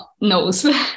knows